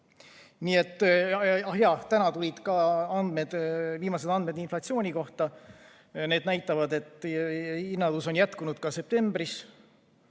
korda. Ah jaa, täna tulid ka viimased andmed inflatsiooni kohta. Need näitavad, et hinnatõus jätkus ka septembris.